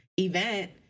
event